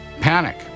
Panic